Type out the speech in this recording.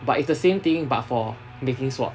but it's the same thing but for making swords